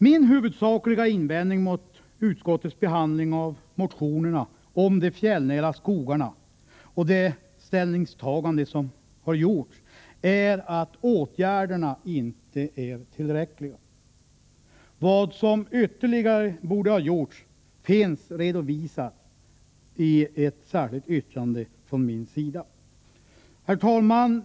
Min huvudsakliga invändning mot utskottets behandling av motionerna om de fjällnära skogarna och det ställningstagande som har gjorts är att åtgärderna inte är tillräckliga. Vad som ytterligare borde ha gjorts finns redovisat i ett särskilt yttrande från mig. Herr talman!